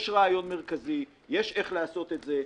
יש רעיון מרכזי, יש איך לעשות את זה.